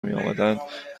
میامدند